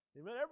Amen